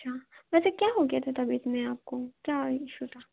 अच्छा वैसे क्या हो गया था तबीयत में आपको क्या इशू था